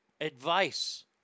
advice